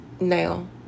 now